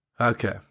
Okay